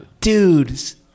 Dudes